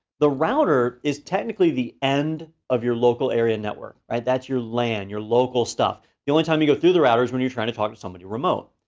the router is technically the end of your local area network, right? that's your lan, your local stuff, the only time you go through the router is when you're trying to talk to somebody remote.